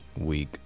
Week